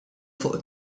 fuq